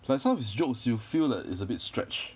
like some of his jokes you'll feel that it's a bit stretched